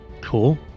Cool